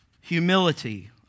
Humility